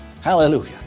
Hallelujah